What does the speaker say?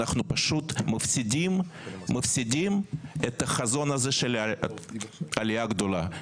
אנחנו פשוט מפסידים את החזון הזה של העלייה הגדולה.